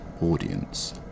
audience